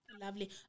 Lovely